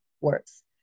works